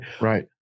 Right